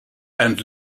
and